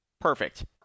Perfect